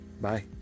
bye